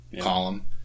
column